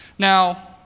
Now